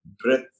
breath